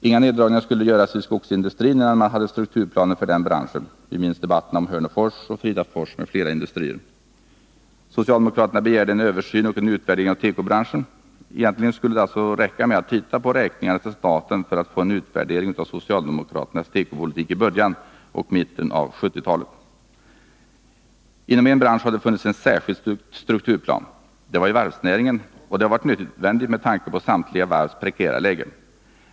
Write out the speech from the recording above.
Inga neddragningar skulle göras i skogsindustrin innan man hade en strukturplan för den branschen. Vi minns debatten om Hörnefors, Fridafors m.fl. industrier. Socialdemokraterna begärde en översyn och utvärdering av tekobranschen. Egentligen skulle det räcka med att titta på räkningarna till staten för att få en utvärdering av socialdemokraternas tekopolitik i början och mitten av 1970-talet. Inom en bransch har det funnits en särskild strukturplan. Det var inom varvsnäringen, och det har varit nödvändigt med tanke på samtliga varvs prekära läge.